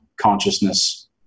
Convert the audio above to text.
consciousness